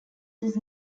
does